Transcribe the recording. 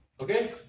Okay